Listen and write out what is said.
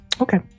Okay